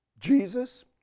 Jesus